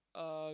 uh